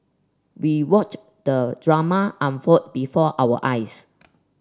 we watched the drama unfold before our eyes